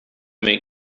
make